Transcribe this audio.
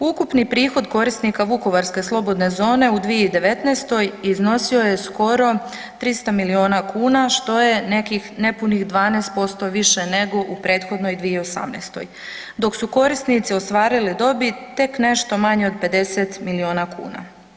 Ukupni prihod korisnika Vukovarske slobodne zone u 2019. iznosio je skoro 300 milijuna kuna, što je nekih nepunih 12% više nego u prethodnoj 2018., dok su korisnici ostvarili dobit tek nešto manje od 50 milijuna kuna.